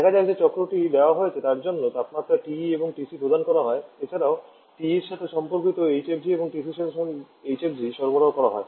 দেখা যাক যে চক্রটি দেওয়া হয়েছে তার জন্য তাপমাত্রা TE এবং TC প্রদান করা হয় এছাড়াও TE এর সাথে সম্পর্কিত hfg এবং TC এর সাথে hfg সরবরাহ করা হয়